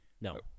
No